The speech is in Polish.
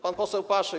Pan poseł Paszyk.